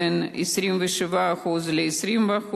מ-27% ל-20%,